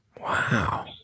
Wow